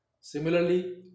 Similarly